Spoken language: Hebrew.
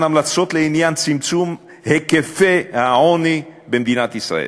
המלצות לעניין צמצום היקפי העוני במדינת ישראל.